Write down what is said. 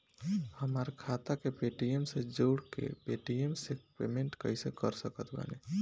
हमार खाता के पेटीएम से जोड़ के पेटीएम से पेमेंट कइसे कर सकत बानी?